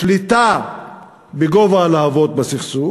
בשליטה בגובה הלהבות בסכסוך,